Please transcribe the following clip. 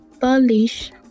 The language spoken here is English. Polish